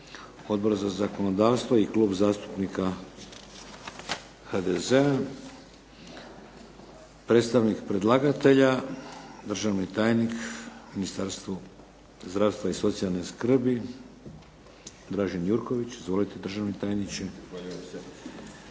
Odbor za zakonodavstvo i Klub zastupnika HDZ-a. Predstavnik predlagatelja, državni tajnik u Ministarstvu zdravstva i socijalne skrbi, Dražen Jurković. Izvolite, državni tajniče.